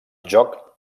joc